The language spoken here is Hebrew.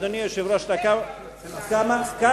צודק אדוני היושב-ראש, התייחסת לזה כמה פעמים.